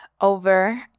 over